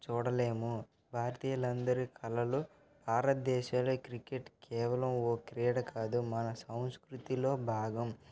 చూడలేము భారతీయులందరూ కళలు భారత్దేశంలో క్రికెట్ కేవలం ఓ క్రీడ కాదు మన సంస్కృతిలో భాగం